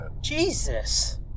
Jesus